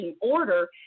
order